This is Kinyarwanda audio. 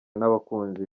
n’abakunzi